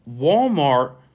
Walmart –